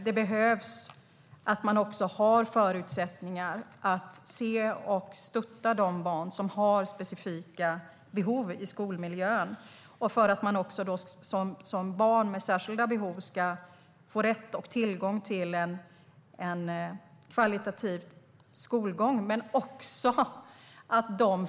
Det behövs också att man har förutsättningar att se och stötta de barn som har specifika behov i skolmiljön för att de ska få rätt och tillgång till en kvalitativ skolgång.